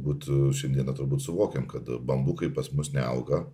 būtų šiandieną turbūt suvokiam kad bambukai pas mus neauga